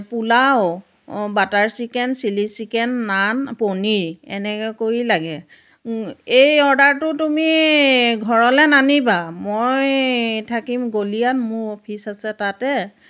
pulao butter chicken chilli chicken naan paneer এনেকৈ কৰি লাগে এই অৰ্ডাৰটো তুমি ঘৰলৈ নানিবা মই থাকিম গলীয়াত মোৰ অফিচ আছে তাতে